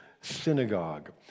synagogue